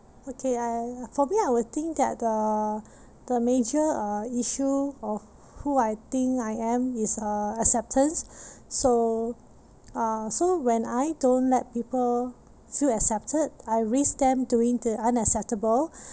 okay I for me I would think that uh the major uh issue of who I think I am is uh acceptance so uh so when I don't let people feel accepted I risk them doing the unacceptable